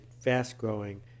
fast-growing